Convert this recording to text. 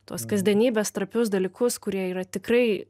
tos kasdienybės trapius dalykus kurie yra tikrai